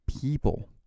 people